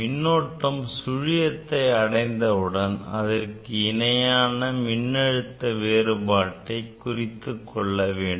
மின்னோட்டம் சுழியத்தை அடைந்தவுடன் அதற்கு இணையான மின்னழுத்த வேறுபாட்டை குறித்துக் கொள்ள வேண்டும்